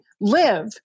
live